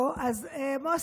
לא, אז מוסי,